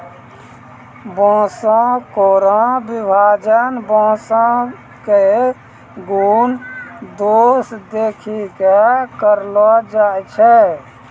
बांसों केरो विभाजन बांसों क गुन दोस देखि कॅ करलो जाय छै